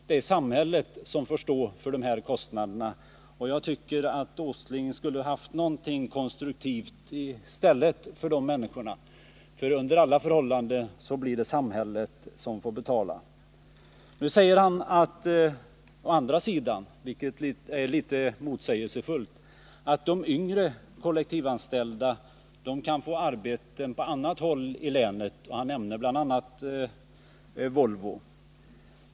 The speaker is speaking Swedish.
Det är samhället som får stå för dessa kostnader, och jag tycker att herr Åsling skulle ha kommit med någonting konstruktivt för dessa människor i stället. Under alla förhållanden blir det ju samhället som får betala. Nu säger industriministern å andra sidan, vilket är litet motsägelsefullt, att de yngre kollektivanställda kan få arbete på annat håll i länet, och han nämner bl.a. Volvo.